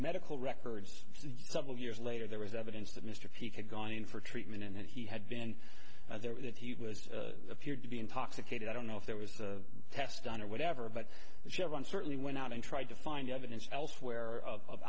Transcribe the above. medical records several years later there was evidence that mr peet had gone in for treatment and he had been there that he was appeared to be intoxicated i don't know if there was a test done or whatever but the chevron certainly went out and tried to find evidence elsewhere of